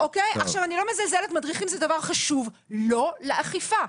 אני לא מזלזלת, מדריכים זה דבר חשוב, לא לאכיפה.